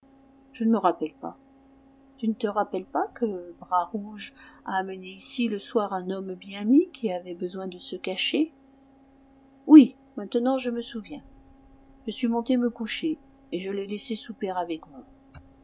je ne me rappelle pas tu ne te rappelles pas que bras rouge a amené ici le soir un homme bien mis qui avait besoin de se cacher oui maintenant je me souviens je suis monté me coucher et je l'ai laissé souper avec vous